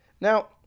now